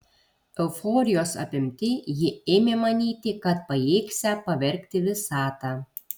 euforijos apimti jie ėmė manyti kad pajėgsią pavergti visatą